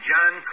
John